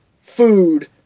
food